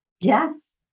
yes